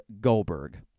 Goldberg